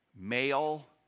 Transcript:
Male